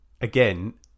again